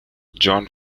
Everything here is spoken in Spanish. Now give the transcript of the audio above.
john